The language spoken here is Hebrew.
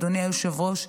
אדוני היושב-ראש,